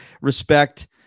Respect